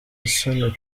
isoni